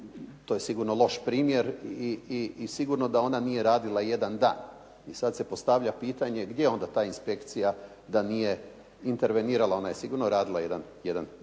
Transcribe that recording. to je sigurno loš primjer i sigurno da ona nije radila jedan dan. I sad se postavlja pitanje gdje je onda ta inspekcija da nije intervenirala. Ona je sigurno radila jedan dulji